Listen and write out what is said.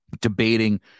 debating